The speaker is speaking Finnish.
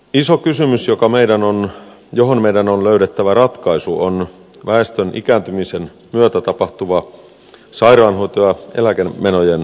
iso kysymys johon meidän on löydettävä ratkaisu on väestön ikääntymisen myötä tapahtuva sairaanhoito ja eläkemenojen voimakas kasvu